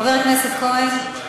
חבר הכנסת כהן.